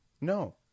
No